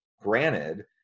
granted